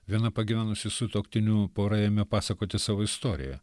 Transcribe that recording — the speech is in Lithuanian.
viena pagyvenusi sutuoktinių pora ėmė pasakoti savo istoriją